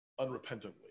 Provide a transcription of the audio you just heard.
unrepentantly